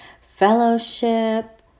fellowship